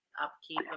Upkeep